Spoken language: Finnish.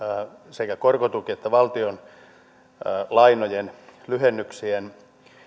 sekä korkotuki että valtionlainojen lyhennyksien